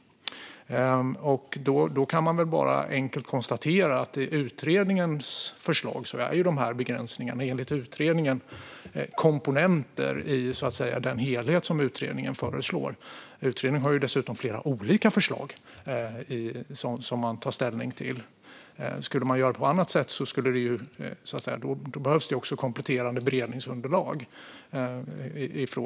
Då kan jag bara enkelt konstatera att dessa begränsningar är komponenter i utredningens förslag som helhet. Utredningen har dessutom flera olika förslag som man tar ställning till. Skulle man göra på ett annat sätt behövs det också kompletterande beredningsunderlag.